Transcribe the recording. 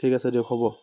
ঠিক আছে দিয়ক হ'ব